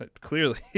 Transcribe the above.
Clearly